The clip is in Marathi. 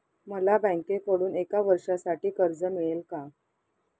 मला बँकेकडून एका वर्षासाठी कर्ज मिळेल का?